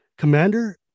commander